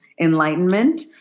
enlightenment